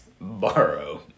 borrow